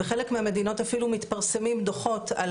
בחלק מהמדינות אפילו מתפרסמים דוחות על